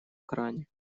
кране